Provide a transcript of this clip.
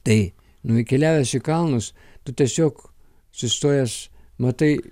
tai nukeliavęs į kalnus tu tiesiog sustojęs matai